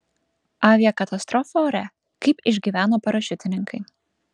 aviakatastrofa ore kaip išgyveno parašiutininkai